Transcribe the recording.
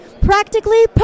Practically